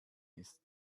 ist